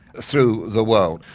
through the world.